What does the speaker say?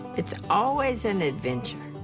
it's always an adventure.